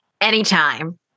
Anytime